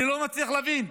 אני לא מצליח להבין,